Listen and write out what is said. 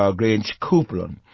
um grange corcoran.